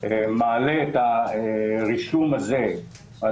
מעלה את הרישום הזה על